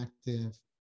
active